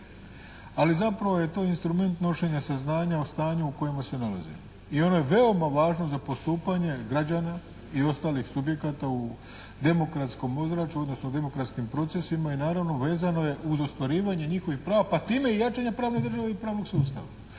Ali zapravo je to instrument nošenja saznanja o stanju u kojemu se nalazimo. I ono je veoma važno za postupanje građana i ostalih subjekata u demokratskom ozračju, odnosno demokratskim procesima i naravno vezano je uz ostvarivanje njihovih prava, pa time i jačanja pravne države i pravnog sustava.